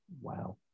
wow